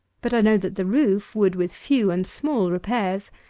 but i know that the roof would with few and small repairs,